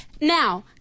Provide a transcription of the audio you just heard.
Now